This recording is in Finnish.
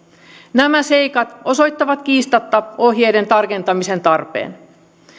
nämä seikat osoittavat kiistatta ohjeiden tarkentamisen tarpeen